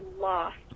lost